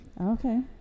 Okay